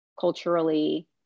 culturally